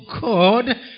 God